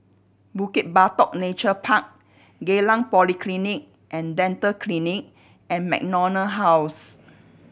Bukit Batok Nature Park Geylang Polyclinic And Dental Clinic and MacDonald House